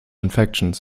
infections